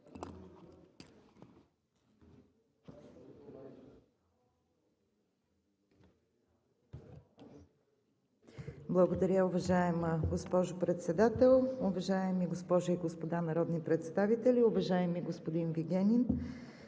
САЧЕВА: Уважаема госпожо Председател, уважаеми госпожи и господа народни представители! Уважаеми господин Мацурев,